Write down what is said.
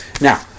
Now